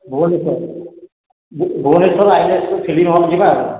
ଭୁବନେଶ୍ୱର ଭୁବନେଶ୍ୱର ଆଇନକ୍ସକୁ film hall ଯିବା